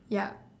yup